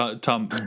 tom